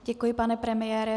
Děkuji, pane premiére.